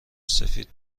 سفید